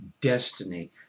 destiny